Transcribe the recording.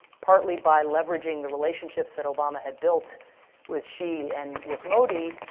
partly by leveraging the relationships that obama had built with xi and with modi,